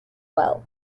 well